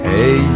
Hey